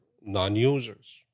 non-users